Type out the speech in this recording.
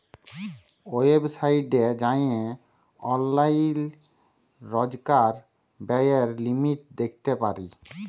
ওয়েবসাইটে যাঁয়ে অললাইল রজকার ব্যয়ের লিমিট দ্যাখতে পারি